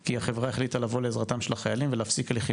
כי החברה החליטה לבוא לעזרתם של החיילים ולהפסיק הליכים